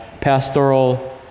pastoral